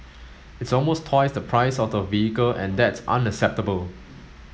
it's almost twice the price of the vehicle and that's unacceptable